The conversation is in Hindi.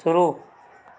शुरू